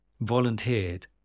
volunteered